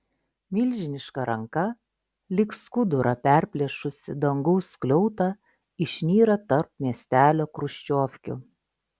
milžiniška ranka lyg skudurą perplėšusi dangaus skliautą išnyra tarp miestelio chruščiovkių